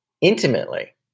intimately